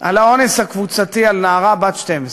על האונס הקבוצתי על נערה בת 12,